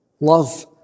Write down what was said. Love